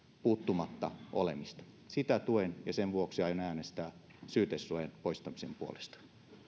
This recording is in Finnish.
puuttumatta olemista sitä tuen ja sen vuoksi aion äänestää syytesuojan poistamisen puolesta